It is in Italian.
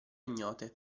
ignote